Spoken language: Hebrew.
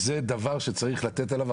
זה דבר שצריך לתת עליו,